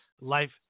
Life